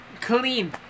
Clean